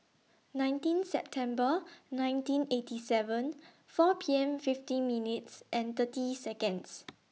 nineteen September nineteen eighty seven four P M fifty minutes and thirty Seconds